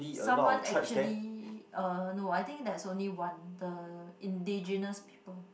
someone actually uh no I think there's only one the indigenous people